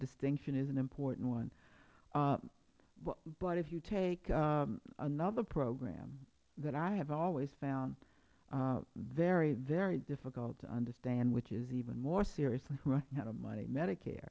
distinction is an important one but if you take another program that i have always found very very difficult to understand which is even more seriously running out of money medicare